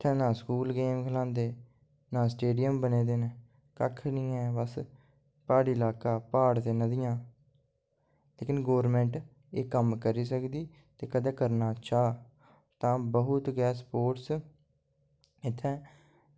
इत्थै ना school game खलांदे ना स्टेडियम बने दे न कक्ख निं ऐ बस प्हाड़ी लाका प्हाड़ ते नदियां लेकिन गौरमेंट एह् कम्म करी सकदी ते कदें करना चाह् तां बहुत गै स्पोटर्स इत्थैं